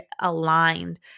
aligned